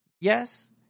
yes